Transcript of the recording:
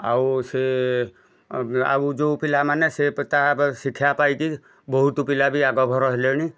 ଆଉ ସେ ଆଉ ଯେଉଁ ପିଲାମାନେ ସେ ତାହା ଶିକ୍ଷା ପାଇକି ବହୁତ ପିଲା ବି ଆଗଭର ହେଲେଣି